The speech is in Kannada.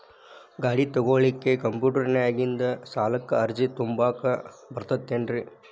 ಗಾಡಿ ತೊಗೋಳಿಕ್ಕೆ ಕಂಪ್ಯೂಟೆರ್ನ್ಯಾಗಿಂದ ಸಾಲಕ್ಕ್ ಅರ್ಜಿ ತುಂಬಾಕ ಬರತೈತೇನ್ರೇ?